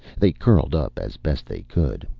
they curled up as best they could.